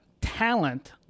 talent